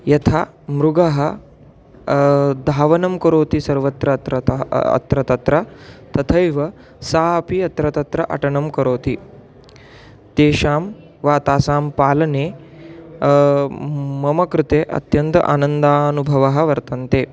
यथा मृगः धावनं करोति सर्वत्र अत्रतः अत्र तत्र तथैव सा अपि अत्र तत्र अटनं करोति तेषां वा तासां पालने मम कृते अत्यन्तम् आनन्दानुभवः वर्तते